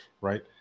right